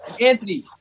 Anthony